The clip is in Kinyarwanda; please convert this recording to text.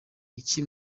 iki